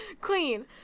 Queen